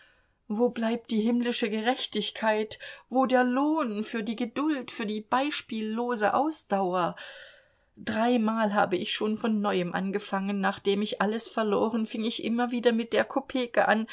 wo bleibt die himmlische gerechtigkeit wo der lohn für die geduld für die beispiellose ausdauer dreimal habe ich schon von neuem angefangen nachdem ich alles verloren fing ich immer wieder mit der kopeke an